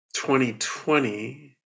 2020